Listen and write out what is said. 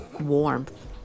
warmth